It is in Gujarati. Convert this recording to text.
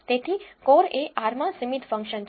તેથી કોર એ R માં સીમિત ફંક્શન છે